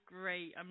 great